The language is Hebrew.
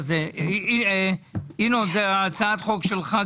הוצאנו שלוש דרישות.